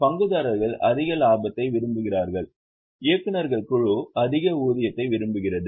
பங்குதாரர்கள் அதிக லாபத்தை விரும்புகிறார்கள் இயக்குநர்கள் குழு அதிக ஊதியத்தை விரும்புகிறது